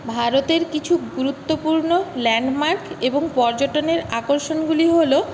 ভারতের কিছু গুরুত্বপূর্ণ ল্যান্ডমার্ক এবং পর্যটনের আকর্ষণগুলি হল